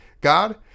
God